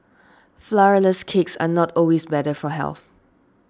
Flourless Cakes are not always better for health